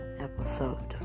episode